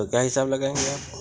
تو کیا حساب لگائیں گے آپ